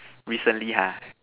recently ha